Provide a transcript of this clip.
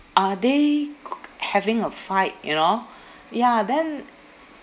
are they having a fight you know ya then